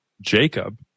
Jacob